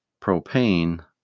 propane